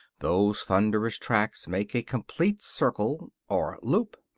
those thunderous tracks make a complete circle, or loop.